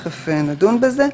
תכף נדון בזה.